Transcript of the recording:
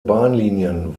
bahnlinien